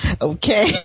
okay